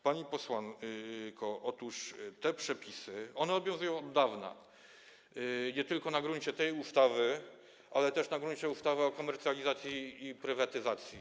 Pani posłanko, otóż te przepisy obowiązują od dawna, nie tylko na gruncie tej ustawy, ale też na gruncie ustawy o komercjalizacji i prywatyzacji.